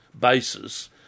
basis